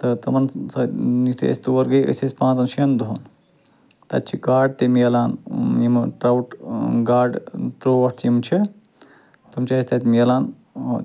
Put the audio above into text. تہٕ تِمن سۭتۍ یُتھٕے أسۍ تور گٔے أسۍ ٲسۍ پانٛژن شٮ۪ن دۄہن تَتہِ چھِ گاڈٕ تہِ میلان یِمہٕ ٹرٛاوُٹ گاڈٕ ترٛوٹھ یِم چھِ تِم چھِ اَسہِ تَتہِ میلان